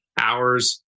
hours